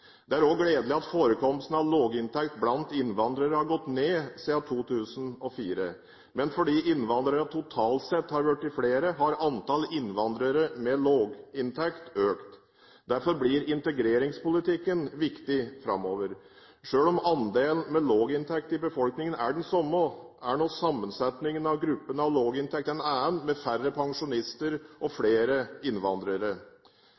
Det er også gledelig at forekomsten av lavinntekt blant innvandrere har gått ned siden 2004. Men fordi innvandrere totalt sett har blitt flere, har antallet innvandrere med lavinntekt økt. Derfor blir integreringspolitikken viktig framover. Selv om andelen med lavinntekt i befolkningen er den samme, er nå sammensetningen av gruppen lavinntekt en annen, med færre pensjonister og